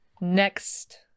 next